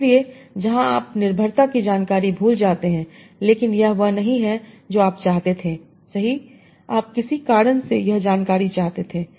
इसलिए जहां आप निर्भरता की जानकारी भूल जाते हैं लेकिन यह वह नहीं है जो आप चाहते थे सही आप किसी कारण से यह जानकारी चाहते थे